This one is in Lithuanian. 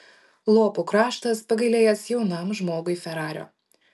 lopų kraštas pagailėjęs jaunam žmogui ferario